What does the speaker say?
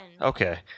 Okay